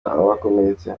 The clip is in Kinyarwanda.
abakomeretse